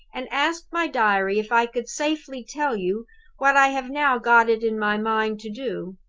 and ask my diary if i could safely tell you what i have now got it in my mind to do.